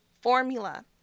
formula